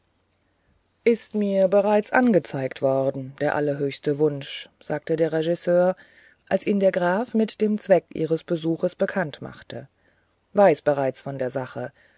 ist mir bereits angezeigt worden der allerhöchste wunsch sagte der regisseur als ihn der graf mit dein zweck ihres besuches bekannt machte weiß bereits um die sache